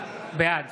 בעד